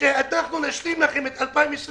שאנחנו נשלים לכם עבור 2020